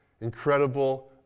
incredible